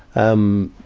um,